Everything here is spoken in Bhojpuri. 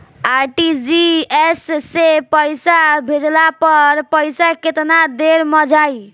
आर.टी.जी.एस से पईसा भेजला पर पईसा केतना देर म जाई?